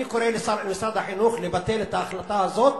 אני קורא למשרד החינוך לבטל את ההחלטה הזאת